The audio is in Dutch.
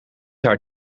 haar